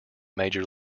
major